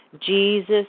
Jesus